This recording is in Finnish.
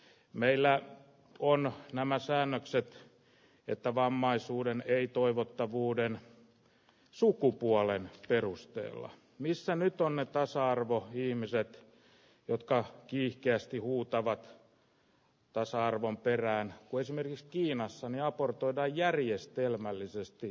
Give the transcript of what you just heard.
meillä vuonna nämä säännökset että vammaisuuden ei toivottavuuden sukupuolen perusteella missä nyt on nyt tasa arvoa viimeiset jotka kiihkeästi uutta vaikka tasa arvon perään cuisine ristiinassani raportoida järjestelmällisesti